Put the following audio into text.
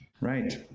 Right